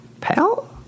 Pal